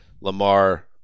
Lamar